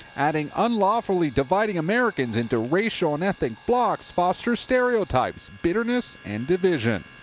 adding, unlawfully dividing americans into racial and ethnic blocs fosters stereotypes, bitterness, and division.